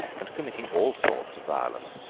and committing all sorts of violence.